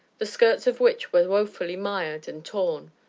the skirts of which were woefully mired and torn.